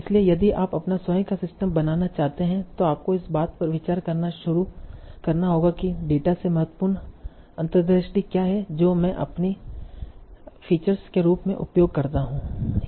इसलिए यदि आप अपना स्वयं का सिस्टम बनाना चाहते हैं तो आपको इस बात पर विचार करना शुरू करना होगा कि डेटा से महत्वपूर्ण अंतर्दृष्टि क्या हैं जो मैं अपनी फीचर्स के रूप में उपयोग करता हूं